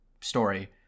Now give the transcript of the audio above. story